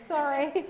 Sorry